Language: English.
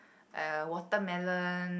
uh watermelon